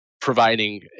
providing